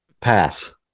pass